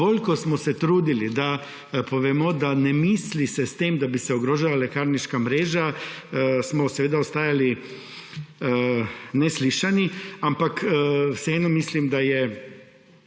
Bolj ko smo se trudili, da povemo, da se s tem ne misli, da bi se ogrožala lekarniška mreža, smo seveda ostajali neslišani. Vseeno mislim, da je